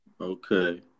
Okay